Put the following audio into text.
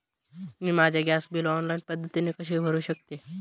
मी माझे gas bill online पद्धतीने कसे भरु शकते?